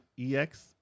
EX